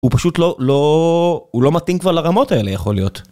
הוא פשוט לא מתאים כבר לרמות האלה יכול להיות.